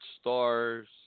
stars